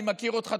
אני מכיר אותך,